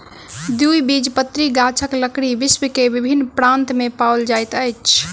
द्विबीजपत्री गाछक लकड़ी विश्व के विभिन्न प्रान्त में पाओल जाइत अछि